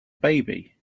baby